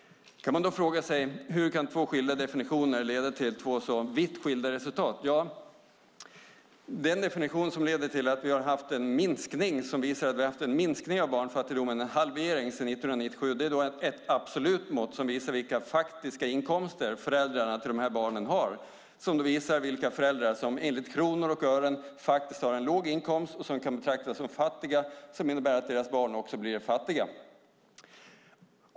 Hur kan två definitioner leda till så vitt skilda resultat? Den definition som visar att vi har haft en halvering av barnfattigdomen sedan 1997 är ett absolut mått som visar vilka faktiska inkomster som föräldrarna till dessa barn har. Det visar vilka föräldrar som i kronor och ören har en låg inkomst och kan betraktas som fattiga, vilket innebär att deras barn också är fattiga.